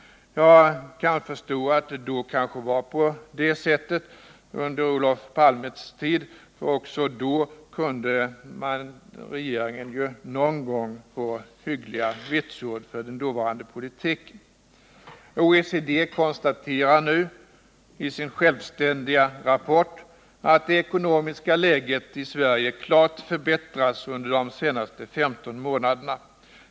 Jag kan förstå att det kanske var på det sättet under Olof Palmes tid. Också då kunde regeringen ju någon gång få hyggliga vitsord för den ekonomiska politiken. OECD konstaterar nu i sin självständiga rapport, att det ekonomiska läget i Sverige klart förbättrats under de senaste 15 månaderna.